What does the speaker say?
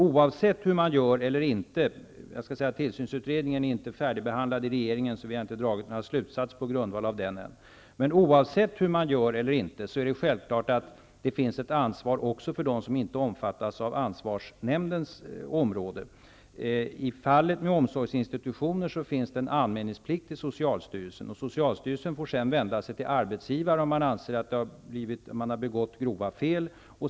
Oavsett hur man gör, eller inte -- tillsynsutredningen är inte färdigbehandlad i regeringen, varför några slutsatser på grundval av den ännu inte dragits -- är det självklart att det föreligger ett ansvar även för dem som inte omfattas av ansvarsnämndens område. När det gäller omsorgsinstitutioner föreligger anmälningsplikt till socialstyrelsen. Socialstyrelsen får därefter vända sig till arbetsgivaren, om styelsen anser att grova fel begåtts.